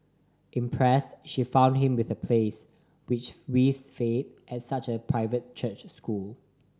impressed she found him with a place which with waived fee at a private church school